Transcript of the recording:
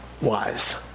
wise